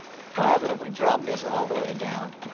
ah but if we drop this all the way down?